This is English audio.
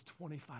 25